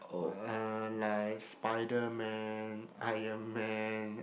uh like Spider Man Iron Man